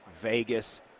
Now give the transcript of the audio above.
Vegas